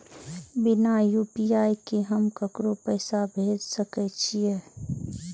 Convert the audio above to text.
बिना यू.पी.आई के हम ककरो पैसा भेज सके छिए?